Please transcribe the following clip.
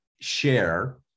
share